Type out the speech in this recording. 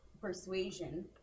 persuasion